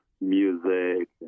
music